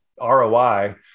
ROI